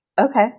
Okay